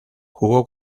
jugó